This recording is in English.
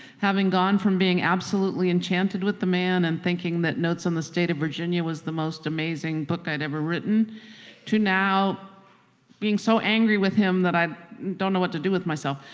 having gone from being absolutely enchanted with the man and thinking that notes on the state of virginia was the most amazing book i'd ever written to now being so angry with him that i don't know what to do with myself.